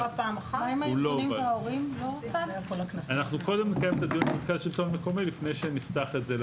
אנחנו קודם נקיים את הדיון במרכז שלטון מקומי לפני שנפתח את זה.